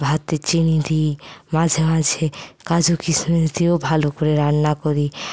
ভাতে চিনি দিই মাঝে মাঝে কাজু কিসমিস দিয়েও ভালো করে রান্না করি